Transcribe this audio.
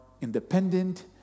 independent